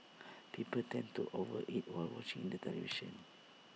people tend to over eat while watching the television